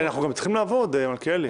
כי אנחנו גם צריכים לעבוד, מלכיאלי.